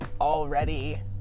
already